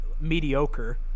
mediocre